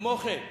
כמו כן,